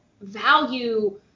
value